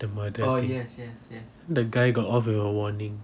the murder thing the guy got off with a warning